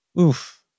oof